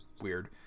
weird